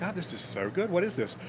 ah this is so good. what is this?